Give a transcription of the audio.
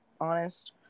honest